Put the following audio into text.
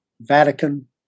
Vatican